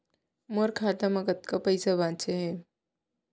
मोर खाता मा कतका पइसा बांचे हे?